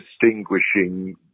distinguishing